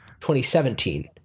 2017